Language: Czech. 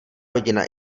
rodina